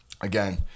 Again